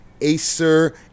Acer